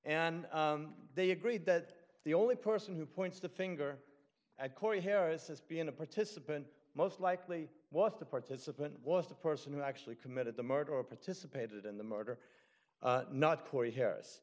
and they agreed that the only person who points the finger at corey harris as being a participant most likely was the participant was the person who actually committed the murder or participated in the murder not corey harris